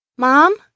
Mom